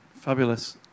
Fabulous